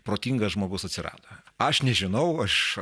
protingas žmogus atsirado aš nežinau aš